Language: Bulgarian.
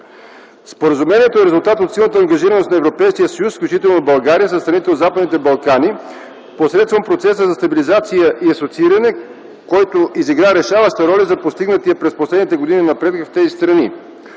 Споразумението е резултат от силната ангажираност на Европейския съюз, включително на България, със страните от Западните Балканки, посредством Процеса за стабилизация и асоцииране, който изигра решаваща роля за постигнатия през последните години напредък в тези страни.